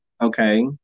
Okay